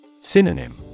Synonym